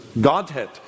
Godhead